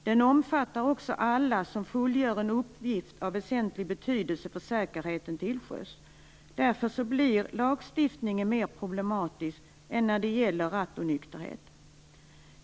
Den omfattar också alla som fullgör en uppgift av väsentlig betydelse för säkerheten till sjöss. Därför blir lagstiftningen mer problematisk än när det gäller rattonykterhet.